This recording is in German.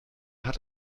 hat